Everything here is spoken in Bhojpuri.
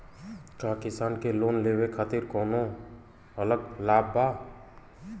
का किसान के लोन लेवे खातिर कौनो अलग लाभ बा?